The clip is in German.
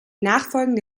nachfolgende